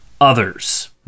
others